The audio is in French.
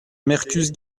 mercus